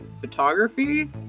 photography